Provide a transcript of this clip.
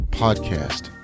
podcast